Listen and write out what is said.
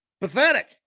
Pathetic